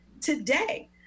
today